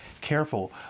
careful